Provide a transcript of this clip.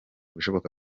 ibishoboka